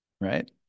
right